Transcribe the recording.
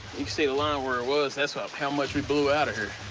you can see the line where it was. that's ah how much we blew outta here.